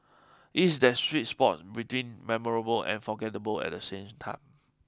it is that sweet spot between memorable and forgettable at the same time